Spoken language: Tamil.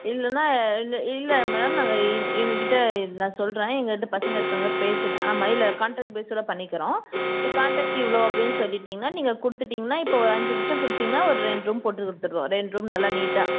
இல்லைன்னா இல்லை இல்லை மேம் நாங்கள் எங்க எங்கக்கிட்டே நான் சொல்கிறேன் எங்கக்கிட்டே பசங்க இருக்காங்க பேசிவிட்டு ஆமாம் இல்லை காண்ட்ரக்ட் பேஸ்ல பண்ணிக்கிறோம் காண்ட்ரக்ட் இவ்வளோ அப்படின்னு சொல்லிட்டீங்கன்னா நீங்கள் கொடுத்துட்டீங்கன்னா இப்போ ஒரு அஞ்சு லட்சம் கொடுத்தீங்கன்னா ஒரு ரெண்டு ரூம் போட்டு கொடுத்துடுவோம் ரெண்டு ரூம் நல்லா நீட்டாக